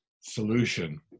solution